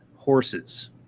Horses